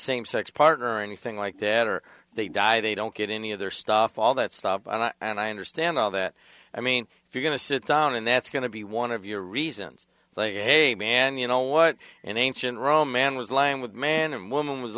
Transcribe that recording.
same sex partner or anything like that or they die they don't get any of their stuff all that stuff and i understand all that i mean if you're going to sit down and that's going to be one of your reasons like you hey man you know what in ancient rome man was lying with man and woman was